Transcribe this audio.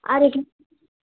আর